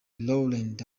rowland